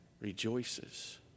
rejoices